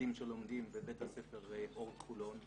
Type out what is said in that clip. לילדים שלומדים בבית הספר אורט חולון.